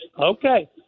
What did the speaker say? Okay